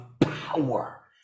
power